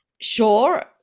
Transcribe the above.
sure